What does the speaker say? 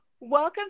Welcome